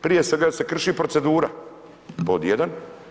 Prije svega se krši procedura, pod jedan.